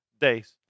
days